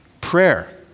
prayer